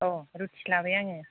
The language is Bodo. औ रुटि लाबाय आङो